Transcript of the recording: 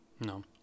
No